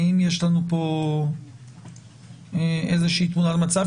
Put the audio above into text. האם יש לנו פה איזושהי תמונת מצב?